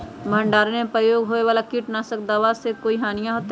भंडारण में प्रयोग होए वाला किट नाशक दवा से कोई हानियों होतै?